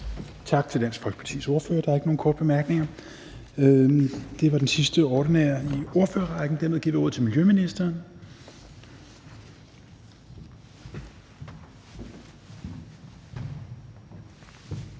Tak til Dansk Folkepartis ordfører. Der er ikke nogen korte bemærkninger. Det var den sidste ordinære taler i ordførerrækken, og dermed giver vi ordet til miljøministeren.